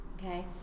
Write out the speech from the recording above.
okay